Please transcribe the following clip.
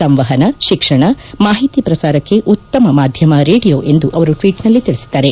ಸಂವಹನ ಶಿಕ್ಷಣ ಮಾಹಿತಿ ಪ್ರಸಾರಕ್ಕೆ ಉತ್ತಮ ಮಾಧ್ಯಮ ರೇಡಿಯೋ ಎಂದು ಅವರು ಟ್ವೀಟ್ನಲ್ಲಿ ತಿಳಿಸಿದ್ದಾರೆ